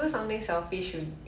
买什么